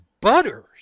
Butters